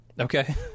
Okay